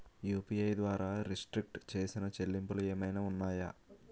UPI ద్వారా restrict చేసిన చెల్లింపులు ఏమైనా ఉన్నాయా?